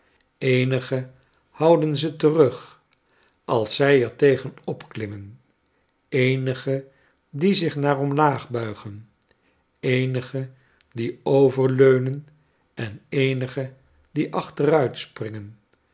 eenige houden ze terug als zij er tegen opklimmen eenige die zich naar omlaag buigen eenige die overleunen en eenige die